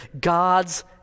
God's